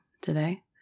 today